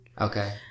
okay